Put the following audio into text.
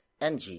NG